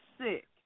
sick